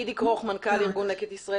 גידי כרוך מנכ"ל איגוד לקט ישראל